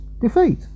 defeat